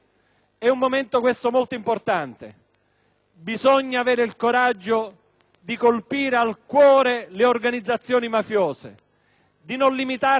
Bisogna avere il coraggio di colpire al cuore le organizzazioni mafiose, di non limitarsi a contenere la loro portata criminale,